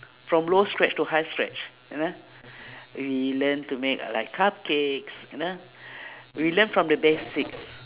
from low scratch to high scratch you know we learn to make uh like cupcakes you know we learn from the basics